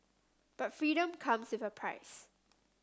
but freedom comes with a price